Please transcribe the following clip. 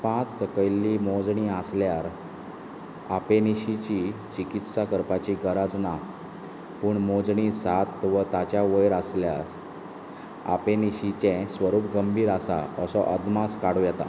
पांच सकयली मोजणी आसल्यार आपेनिशीची चिकित्सा करपाची गरज ना पूण मोजणी सात वा ताच्या वयर आसल्यार आपेनिशीचें स्वरूप गंभीर आसा असो अदमास काडूं येता